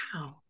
Wow